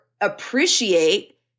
appreciate